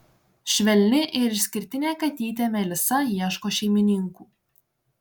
švelni ir išskirtinė katytė melisa ieško šeimininkų